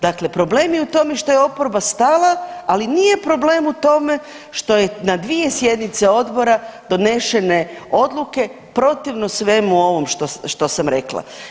Dakle, problem je u tome što je oporba stala, ali nije problem u tome što je na dvije sjednice odbora donešene odluke protivno svemu ovom što sam rekla.